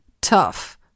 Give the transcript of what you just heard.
tough